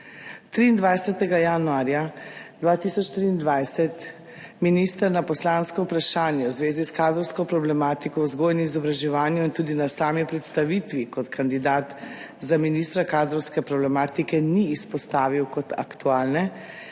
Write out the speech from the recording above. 23. januarja dva 2023, , minister na poslansko vprašanje v zvezi s kadrovsko problematiko o vzgoji in izobraževanju in tudi na sami predstavitvi kot kandidat za ministra kadrovske problematike ni izpostavil kot aktualne,